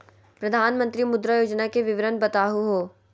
प्रधानमंत्री मुद्रा योजना के विवरण बताहु हो?